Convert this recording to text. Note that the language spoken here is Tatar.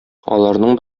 аларның